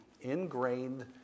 ingrained